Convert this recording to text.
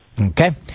Okay